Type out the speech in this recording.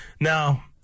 Now